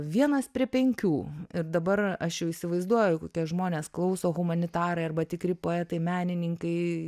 vienas prie penkių ir dabar aš jau įsivaizduoju kokie žmonės klauso humanitarai arba tikri poetai menininkai